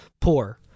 poor